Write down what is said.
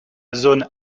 zone